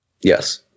Yes